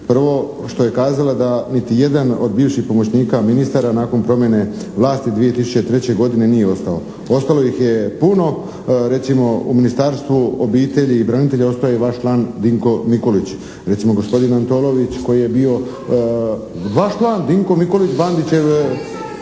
Prvo, što je kazala da niti jedan od bivših pomoćnika ministara nakon promjene vlasti 2003. godine nije ostao. Ostalo ih je puno, recimo u Ministarstvu obitelji i branitelja ostao je vaš član Vinko Mikulić, recimo gospodin Antolović koji je bio. …/Upadica se ne čuje./…